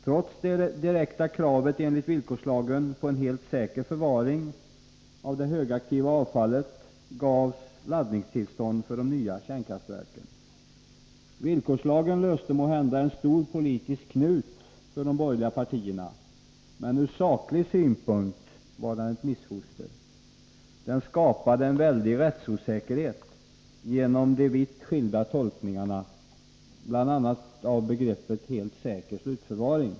Trots det direkta kravet enligt villkorslagen på en helt säker förvaring av det högaktiva avfallet gavs laddningstillstånd för de nya kärnkraftverken. Villkorslagen löste måhända en stor politisk knut för de borgerliga partierna, men ur saklig synpunkt var den ett missfoster. Den skapade en väldig rättsosäkerhet genom de vitt skilda tolkningarna av bl.a. begreppet helt säker slutförvaring.